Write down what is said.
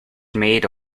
made